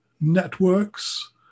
networks